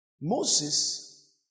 Moses